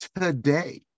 today